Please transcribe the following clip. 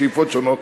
שאיפות שונות,